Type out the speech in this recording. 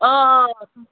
آ آ آ